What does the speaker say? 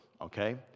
okay